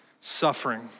suffering